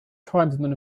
tribesmen